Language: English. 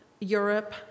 Europe